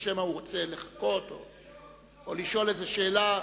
שמא הוא רוצה לחכות או לשאול איזו שאלה?